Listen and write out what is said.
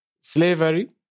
slavery